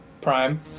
prime